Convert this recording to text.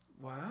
wow